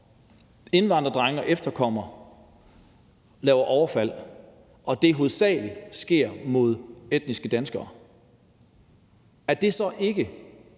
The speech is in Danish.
indvandrerdrenge og efterkommere laver overfald og det hovedsagelig sker mod etniske danskere, så ikke